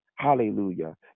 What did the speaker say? Hallelujah